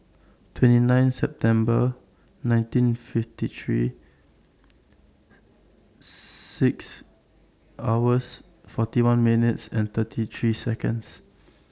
twenty nine September nineteen fifty three six hours forty one minutes and thirty three Seconds